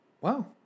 Wow